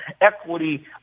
equity